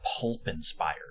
pulp-inspired